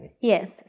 yes